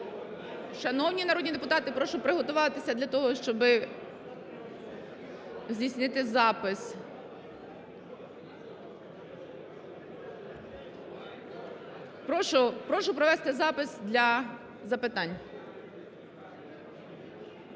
Шановні народні депутати, прошу приготуватися до того, щоби здійснити запис. Прошу провести запис для запитань.